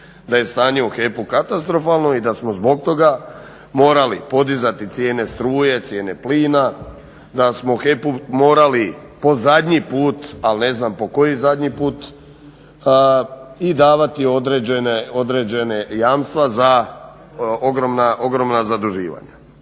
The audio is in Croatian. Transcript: da je stanje u HEP-u katastrofalno i da smo zbog toga morali podizati cijene struje, cijene plina. Da smo HEP-u morali po zadnji put al ne znam po koji zadnji put i davati određene jamstva za ogromna zaduživanja.